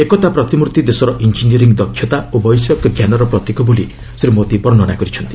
ଏକତା ପ୍ରତିମୂର୍ତ୍ତି ଦେଶର ଇଞ୍ଜିନିୟରିଂ ଦକ୍ଷତା ଓ ବୈଷୟିକ ଜ୍ଞାନର ପ୍ରତୀକ ବୋଲି ଶ୍ରୀ ମୋଦି ବର୍ଷନା କରିଛନ୍ତି